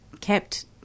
kept